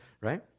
right